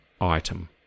item